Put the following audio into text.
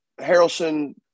Harrelson